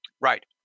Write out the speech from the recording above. Right